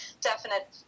definite